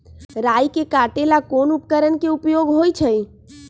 राई के काटे ला कोंन उपकरण के उपयोग होइ छई?